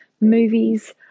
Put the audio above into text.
movies